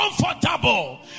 comfortable